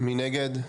1 נגד,